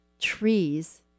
trees